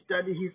study